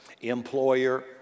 employer